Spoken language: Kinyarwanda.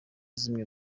zimwe